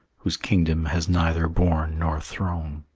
whose kingdom has neither bourn nor throne.